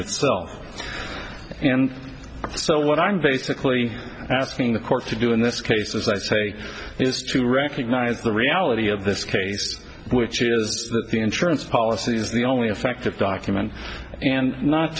itself and so what i'm basically asking the court to do in this case as i say is to recognize the reality of this case which is that the insurance policy is the only effective document and not